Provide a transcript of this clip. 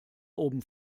oben